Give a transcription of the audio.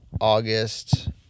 August